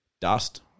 dust